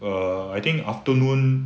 err I think afternoon